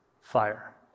fire